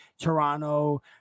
Toronto